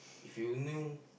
if you knew